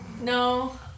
No